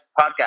podcast